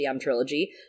trilogy